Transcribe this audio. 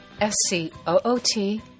S-C-O-O-T